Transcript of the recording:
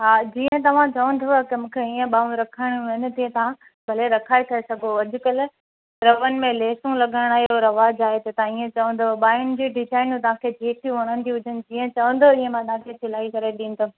हा जीअं तव्हां चवंदव त मूंखे हीअं ॿाहूं रखाइणियूं आहिनि त तव्हां भले रखाए था सघो अॼुकल्ह रवनि में लेसूं लॻराइड़ जो रवाजु आहे त तव्हां इएं चवंदव ॿाहिनि जूं डिजाइनियूं तव्हां खे जेकियूं वणंदियूं हुजनि जीअं चवंदव तीअं मां तव्हां खे सिलाई करे ॾींदमि